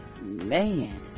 Man